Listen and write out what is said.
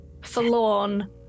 forlorn